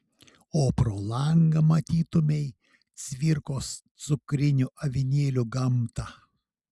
o pro langą matytumei cvirkos cukrinių avinėlių gamtą